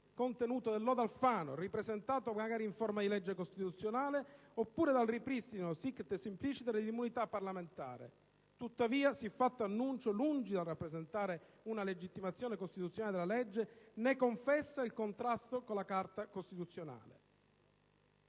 cosiddetto lodo Alfano, ripresentato magari in forma di legge costituzionale, oppure dal ripristino *sic et simpliciter* dell'immunità parlamentare. Tuttavia siffatto annuncio, lungi dal rappresentare una legittimazione costituzionale della legge, ne confessa il contrasto con la Carta costituzionale,